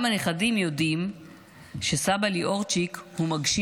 גם הנכדים יודעים שסבא ליאורצ'יק הוא מגשים